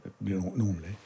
normally